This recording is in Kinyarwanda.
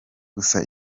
gusa